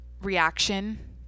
reaction